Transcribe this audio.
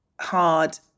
hard